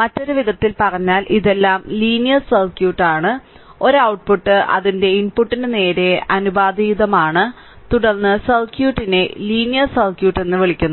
മറ്റൊരു വിധത്തിൽ പറഞ്ഞാൽ ഇതെല്ലാം ലീനിയർ സർക്യൂട്ട് ആണ് ഒരു ഔട്ട്പുട്ട് അതിന്റെ ഇൻപുട്ടിന് നേരിട്ട് ആനുപാതികമാണ് തുടർന്ന് സർക്യൂട്ടിനെ ലീനിയർ സർക്യൂട്ട് എന്ന് വിളിക്കുന്നു